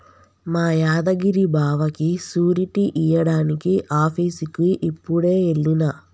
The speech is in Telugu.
మా యాదగిరి బావకి సూరిటీ ఇయ్యడానికి ఆఫీసుకి యిప్పుడే ఎల్లిన